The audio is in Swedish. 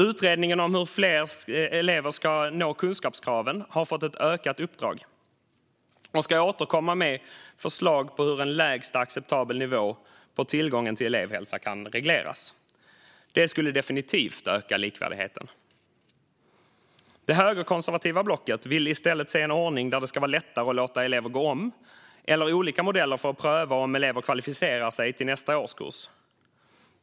Utredningen om hur fler elever ska nå kunskapskraven har fått ett utökat uppdrag och ska återkomma med förslag på hur en lägsta acceptabel nivå på tillgången till elevhälsa kan regleras. Det skulle definitivt öka likvärdigheten. Det högerkonservativa blocket vill i stället se en ordning där det ska vara lättare att låta elever gå om eller där det finns olika modeller för att pröva om elever kvalificerar sig till nästa årskurs.